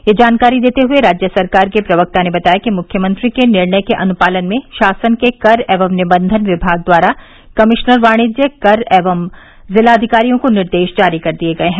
यह जानकारी देते हुए राज्य सरकार के प्रक्ता ने बताया कि मुख्यमंत्री के निर्णय के अनुपालन में शासन के कर एवं निबन्धन विभाग द्वारा कमिश्नर वाणिज्य कर एवं जिलाधिकारियों को निर्देश जारी कर दिए गए हैं